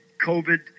COVID